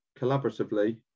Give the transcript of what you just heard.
collaboratively